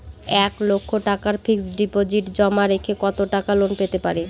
এক লক্ষ টাকার ফিক্সড ডিপোজিট জমা রেখে কত টাকা লোন পেতে পারি?